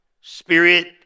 Spirit